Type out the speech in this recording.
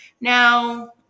Now